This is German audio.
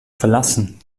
verlassen